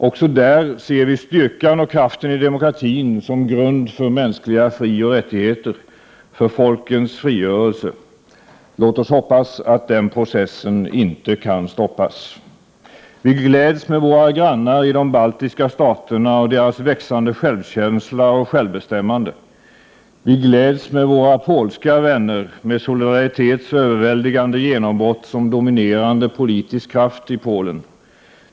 Också där ser vi styrkan och kraften i demokratin som grund för mänskliga frioch rättigheter, för folkens frigörelse. Låt oss hoppas, att den processen inte kan stoppas. Vi gläds med våra grannar i de baltiska staterna, deras växande självkänsla och självbestämmande. Vi gläds med våra polska vänner, med Solidaritets överväldigande genombrott som dominerande politisk kraft i Polen.